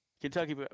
Kentucky